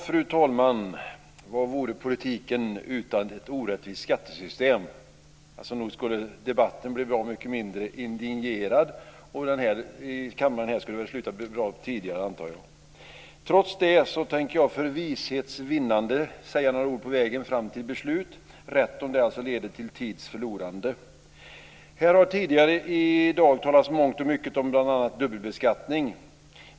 Fru talman! Vad vore politiken utan ett orättvist skattesystem? Nog skulle debatten bli bra mycket mindre indignerad och avslutas bra mycket tidigare, antar jag. Trots det tänker jag för vishets vinnande säga några ord på vägen fram till beslut - rätt om det leder till tids förlorande. Här har tidigare i dag talats mångt och mycket om bl.a. dubbelbeskattning.